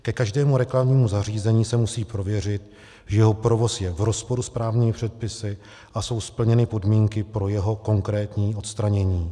Ke každému reklamnímu zařízení se musí prověřit, že jeho provoz je v rozporu s právními předpisy a jsou splněny podmínky pro jeho konkrétní odstranění.